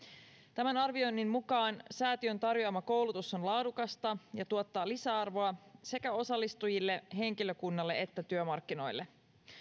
tämän arvioinnin mukaan säätiön tarjoama koulutus on laadukasta ja tuottaa lisäarvoa sekä osallistujille henkilökunnalle että työmarkkinoille